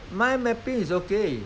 mind mapping is okay